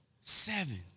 Seven